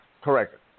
Correct